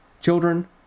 Children